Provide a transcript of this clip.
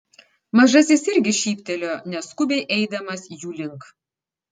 mažasis irgi šyptelėjo neskubiai eidamas jų link